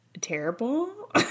terrible